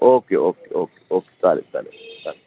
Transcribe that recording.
okay okay okay okay चालेल चालेल चालेल ओके